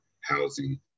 housing